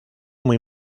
muy